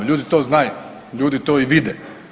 Ljudi to znaju, ljudi to i vide.